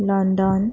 London